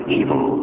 evil